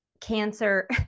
Cancer